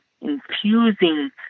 infusing